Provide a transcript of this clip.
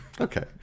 Okay